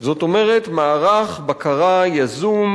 זאת אומרת מערך בקרה יזום,